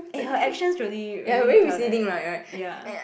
eh her actions really really tell that ya